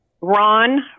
Ron